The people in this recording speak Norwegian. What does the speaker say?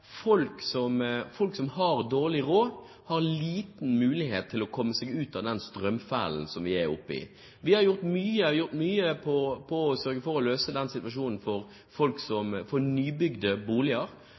folk som har dårlig råd, har liten mulighet til å komme seg ut av den strømfellen de er i. Vi har gjort mye for å sørge for å løse situasjonen